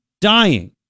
dying